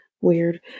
Weird